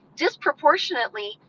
disproportionately